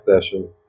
session